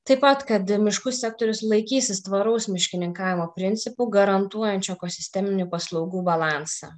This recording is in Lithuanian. taip pat kad miškų sektorius laikysis tvaraus miškininkavimo principų garantuojančių ekosisteminių paslaugų balansą